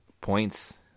points